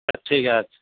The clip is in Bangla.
আচ্ছা ঠিক আছে